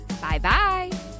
Bye-bye